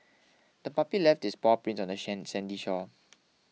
the puppy left its paw prints on the sandy shore